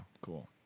cool